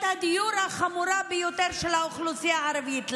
הדיור החמורה ביותר של האוכלוסייה הערבית.